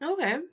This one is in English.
Okay